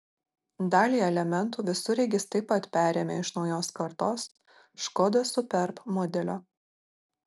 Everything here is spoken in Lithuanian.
dalį elementų visureigis taip pat perėmė iš naujos kartos škoda superb modelio